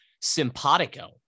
simpatico